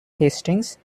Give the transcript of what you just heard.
hastings